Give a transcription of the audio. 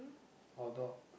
hot dog